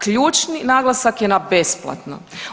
Ključni naglasak je na besplatno.